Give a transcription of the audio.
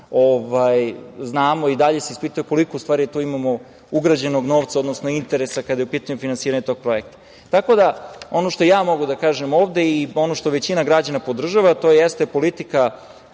znamo, i dalje se ispituje koliko u stvari tu imamo ugrađenog novca, odnosno interesa kada je u pitanju finansiranje tog projekta. Tako da, ono što ja mogu da kažem ovde i ono što većina građana podržava, to jeste politika